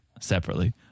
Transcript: separately